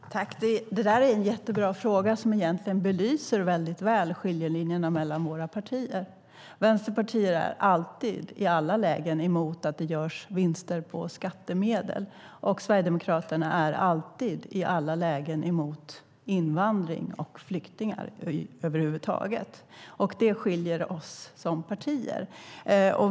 Herr talman! Det är en jättebra fråga som egentligen väldigt väl belyser skiljelinjerna mellan våra partier. Vänsterpartiet är alltid, i alla lägen, emot att det görs vinster på skattemedel. Och Sverigedemokraterna är alltid, i alla lägen, emot invandring och flyktingar över huvud taget. Det skiljer oss som partier.